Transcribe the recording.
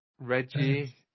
Reggie